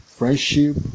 Friendship